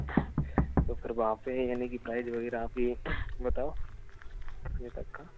तो फिर वहाँ पे यानि की प्राइज वगैरह आप ही बताओ कितने तक का